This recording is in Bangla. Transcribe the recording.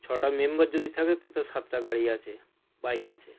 ছটা মেম্বার যদি থাকে তো তার সাতটা গাড়ি আছে বাইক আছে